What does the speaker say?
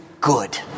good